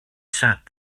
sat